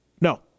No